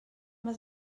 vas